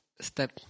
step